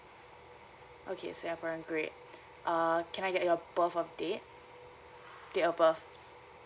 okay singaporean great err can I get your birth of date date of birth